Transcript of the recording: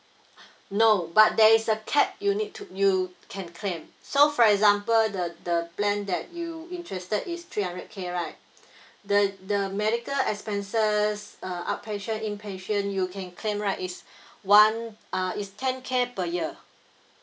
no but there is a cap you need to you can claim so for example the the plan that you interested is three hundred K right the the medical expenses uh outpatient inpatient you can claim right is one uh is ten K per year